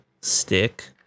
stick